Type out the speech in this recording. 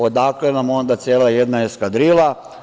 Odakle nam onda cela jedna eskadrila?